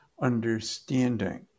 understanding